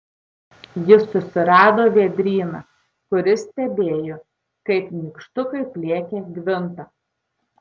jis susirado vėdryną kuris stebėjo kaip nykštukai pliekia gvintą